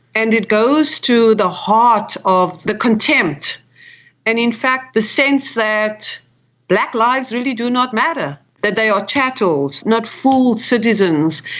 and it goes to the heart of the contempt and in fact the sense that black lives really do not matter, that they are chattels, not full citizens.